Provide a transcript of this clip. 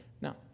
Now